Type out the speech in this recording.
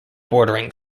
bordering